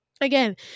again